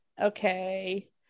Okay